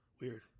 Weird